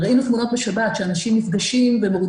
וראינו תמונות בשבת שאנשים נפגשים ומורידים